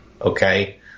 Okay